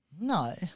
no